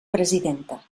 presidenta